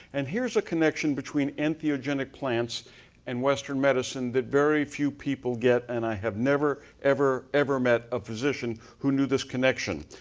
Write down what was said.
and here's a connection between anthiogenic plants and western medicine, that very few people get. and i have never, ever, ever met a physician who knew this connection.